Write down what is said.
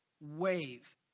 Wave